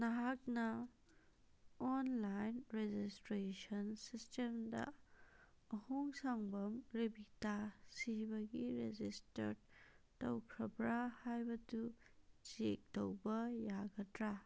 ꯅꯍꯥꯛꯅ online registration ꯁꯤꯁꯇꯦꯝꯗ ꯑꯍꯣꯡꯁꯥꯡꯕꯝ ꯔꯦꯕꯤꯀꯥ ꯁꯤꯕꯒꯤ ꯔꯦꯖꯤꯁꯇꯔ ꯇꯧꯈ꯭ꯔꯕ꯭ꯔꯥ ꯍꯥꯏꯕꯗꯨ ꯆꯦꯛ ꯇꯧꯕ ꯌꯥꯒꯗ꯭ꯔꯥ